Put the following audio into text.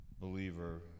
believer